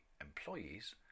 employees